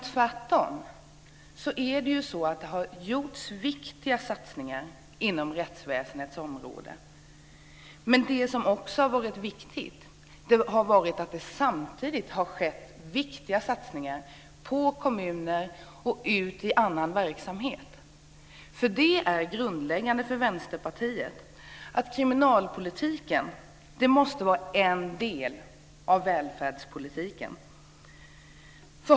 Tvärtom har det gjorts stora satsningar inom rättsväsendet samtidigt som det har gjorts stora satsningar på kommuner och på annan verksamhet. Det är grundläggande för Vänsterpartiet att kriminalpolitiken måste vara en del av välfärdspolitiken.